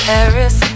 Paris